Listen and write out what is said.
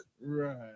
Right